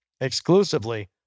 exclusively